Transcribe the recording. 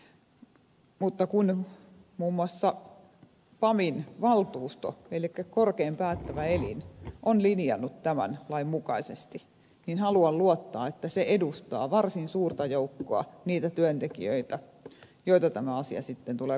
mutta kun muun muassa pamin valtuusto elikkä korkein päättävä elin on linjannut tämän lain mukaisesti niin haluan luottaa että se edustaa varsin suurta joukkoa niitä työntekijöitä joita tämä asia sitten tulee koskettamaan